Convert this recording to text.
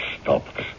stopped